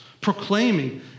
proclaiming